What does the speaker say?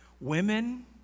Women